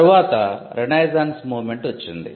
తరువాత RENAISSANCE MOVEMENT వచ్చింది